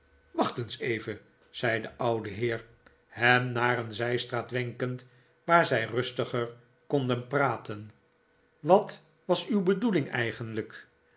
wacht eens even zei de oude heer hem naar een zij straat wenkend waar zij rustiger konden praten wat was uw benikolaas nickleby doeling eigenlijk